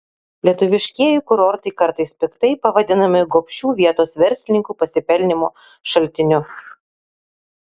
lietuviškieji kurortai kartais piktai pavadinami gobšių vietos verslininkų pasipelnymo šaltiniu